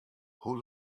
hoe